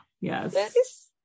Yes